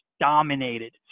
dominated